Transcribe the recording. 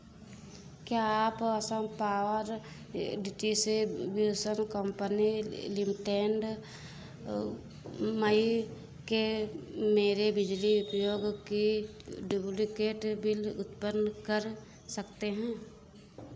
क्या आप Assam power distribution company limited मई के मेरे बिजली उपयोग की डुप्लीकेट बिल उत्पन्न कर सकते हैं